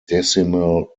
decimal